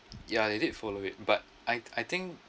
ya they did follow it but I I think